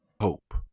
hope